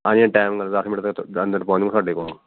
ਹਾਂਜੀ ਟਾਈਮ ਨਾਲ ਦੱਸ ਮਿੰਟ ਤੱਕ ਦਸ ਮਿੰਟ 'ਚ ਪਹੁੰਚ ਜਾਊਂਗਾ ਤੁਹਾਡੇ ਕੋਲ